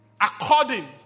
according